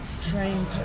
trained